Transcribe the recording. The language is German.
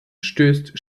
stößt